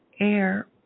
air